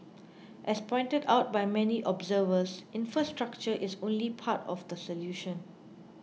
as pointed out by many observers infrastructure is only part of the solution